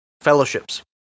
fellowships